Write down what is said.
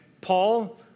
Paul